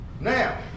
Now